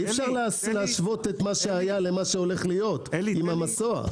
אי אפשר להשוות מה שהיה למה שהולך להיות עם המסוע.